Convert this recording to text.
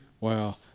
wow